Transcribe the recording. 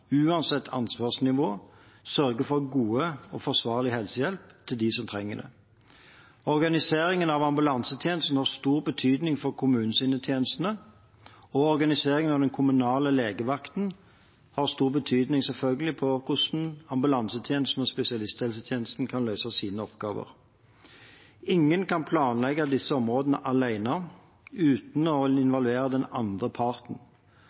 uansett ansvarsnivå, sørge for god og forsvarlig helsehjelp til dem som trenger det. Organiseringen av ambulansetjenesten har stor betydning for kommunens helsetjenester, og organiseringen av den kommunale legevakten har selvfølgelig stor betydning for hvordan ambulansetjenesten og spesialisthelsetjenesten kan løse sine oppgaver. Ingen kan planlegge disse områdene alene – uten å involvere den andre parten.